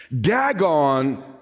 Dagon